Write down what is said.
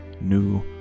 new